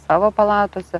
savo palatose